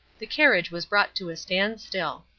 the carriage was brought to a standstill.